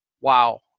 wow